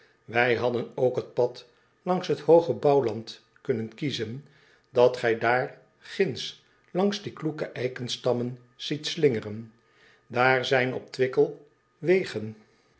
ij hadden ook het pad langs het hooge bouwland kunnen kiezen dat gij daar ginds langs die kloeke eikenstammen ziet slingeren aar zijn op wickel wegen